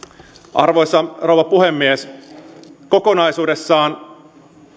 arvoisa rouva puhemies kokonaisuudessaan